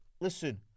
Listen